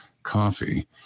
coffee